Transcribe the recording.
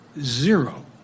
Zero